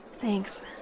Thanks